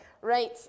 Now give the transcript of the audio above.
Right